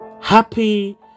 Happy